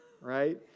right